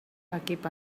equip